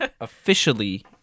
officially